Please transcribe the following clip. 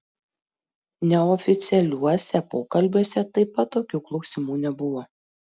neoficialiuose pokalbiuose taip pat tokių klausimų nebuvo